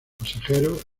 pasajeros